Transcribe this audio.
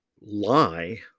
lie